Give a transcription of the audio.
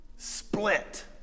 split